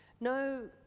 No